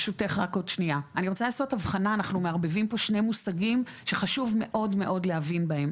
אנחנו מערבבים פה שני מושגים שחשוב מאוד להבין בהם.